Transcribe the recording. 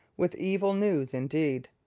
with evil news indeed.